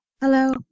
Hello